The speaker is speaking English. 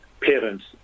parents